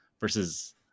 versus